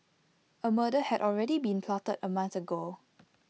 A murder had already been plotted A month ago